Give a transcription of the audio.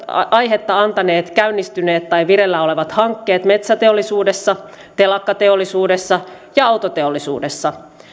aihetta käynnistyneet tai vireillä olevat hankkeet metsäteollisuudessa telakkateollisuudessa ja autoteollisuudessa